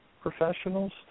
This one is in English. professionals